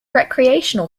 recreational